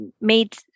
made